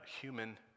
human